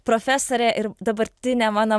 profesorė ir dabartinė mano